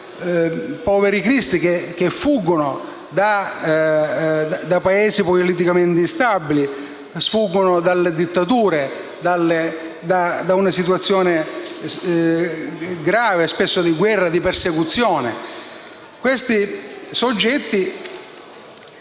poveri cristi che fuggono da Paesi politicamente instabili; fuggono dalle dittature, da situazioni gravi, spesso da guerre e persecuzioni. Questi soggetti